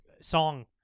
song